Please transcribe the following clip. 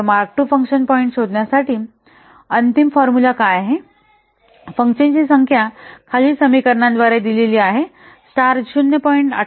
तर mark II function point शोधण्यासाठी अंतिम फॉर्मुला काय आहे फंक्शनची संख्या खालील समीकरणांद्वारे दिलेली आहे स्टार 0